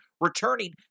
returning